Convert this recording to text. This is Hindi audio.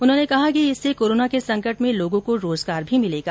उन्होंने कहा कि इससे कोरोना के संकट में लोगों को रोजगार भी मिलेगा